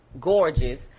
gorgeous